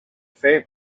fair